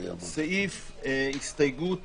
הסתייגות